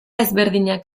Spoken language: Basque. ezberdinak